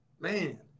man